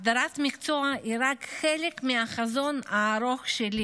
הסדרת המקצוע היא רק חלק מהחזון הארוך שלי